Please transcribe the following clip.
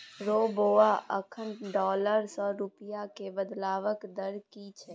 रौ बौआ अखन डॉलर सँ रूपिया केँ बदलबाक दर की छै?